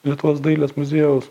lietuvos dailės muziejaus